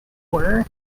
were